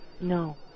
No